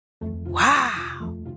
Wow